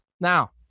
Now